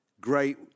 great